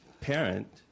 parent